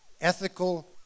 ethical